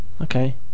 Okay